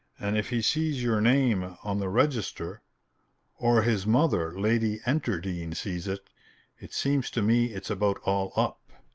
and if he sees your name on the register or his mother, lady enterdean, sees it it seems to me it's about all up!